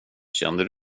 kände